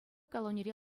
колонире